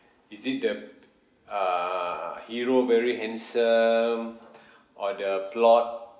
is it the err hero very handsome or the plot